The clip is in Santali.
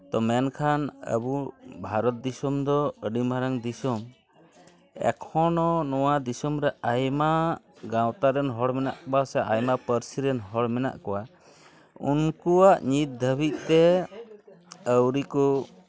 ᱛᱚ ᱢᱮᱱᱠᱷᱟᱱ ᱟᱵᱚ ᱵᱷᱟᱨᱚᱛ ᱫᱤᱥᱚᱢ ᱫᱚ ᱟᱹᱰᱤ ᱢᱟᱨᱟᱝ ᱫᱤᱥᱚᱢ ᱮᱠᱷᱚᱱᱳ ᱱᱚᱣᱟ ᱫᱤᱥᱚᱢ ᱨᱮ ᱟᱭᱢᱟ ᱜᱟᱶᱛᱟ ᱨᱮᱱ ᱦᱚᱲ ᱢᱮᱱᱟᱜ ᱠᱚᱣᱟ ᱥᱮ ᱟᱭᱢᱟ ᱯᱟᱹᱨᱥᱤ ᱨᱮᱱ ᱦᱚᱲ ᱢᱮᱱᱟᱜ ᱠᱚᱣᱟ ᱩᱱᱠᱩᱣᱟᱜ ᱱᱤᱛ ᱫᱷᱟᱹᱵᱤᱡ ᱛᱮ ᱟᱹᱣᱨᱤ ᱠᱚ